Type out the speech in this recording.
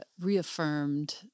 reaffirmed